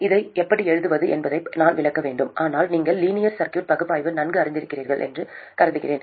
இதை எப்படி எழுதுவது என்பதை நான் விளக்க வேண்டும் ஆனால் நீங்கள் லீனியர் சர்க்யூட் பகுப்பாய்வை நன்கு அறிந்திருக்கிறீர்கள் என்று கருதுகிறேன்